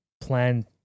plan